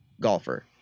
golfer